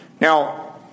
Now